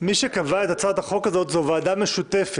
מי שקבע את הצעת החוק הזאת זו ועדה משותפת